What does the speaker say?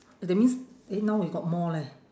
that means eh now we got more leh